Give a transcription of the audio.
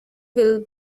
will